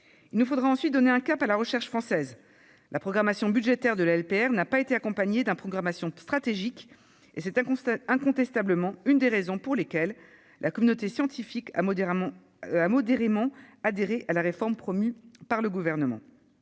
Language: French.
Il nous faudra ensuite donner un cap à la recherche française. La programmation budgétaire de la LPR n'a pas été accompagnée d'une programmation stratégique et c'est incontestablement l'une des raisons pour lesquelles la communauté scientifique a modérément adhéré à la réforme promue par le Gouvernement.